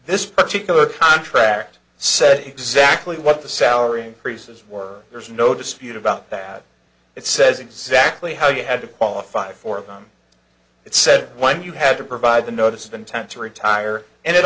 this particular contract said exactly what the salary increases were there's no dispute about that it says exactly how you had to qualify for it said when you had to provide the notice of intent to retire and it